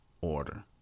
order